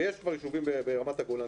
ויש כבר כמה יישובים ברמת הגולן,